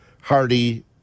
Hardy